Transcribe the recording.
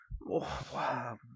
Wow